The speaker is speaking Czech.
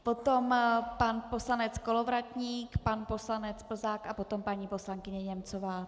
Potom pan poslanec Kolovratník, pan poslanec Plzák a potom paní poslankyně Němcová.